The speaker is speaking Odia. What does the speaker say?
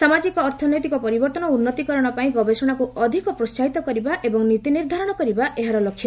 ସାମାଜିକ ଅର୍ଥନୈତିକ ପରିବର୍ତ୍ତନ ଏବଂ ଉନ୍ନତିକରଣ ପାଇଁ ଗବେଷଣାକୁ ଅଧିକ ପ୍ରୋହାହିତ କରିବା ଏବଂ ନୀତି ନିର୍ଦ୍ଧାରଣ କରିବା ଏହାର ଲକ୍ଷ୍ୟ